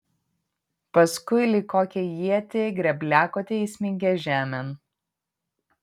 paskui lyg kokią ietį grėbliakotį įsmeigė žemėn